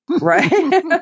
Right